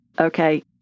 Okay